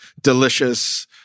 delicious